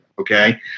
Okay